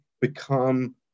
become